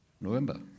November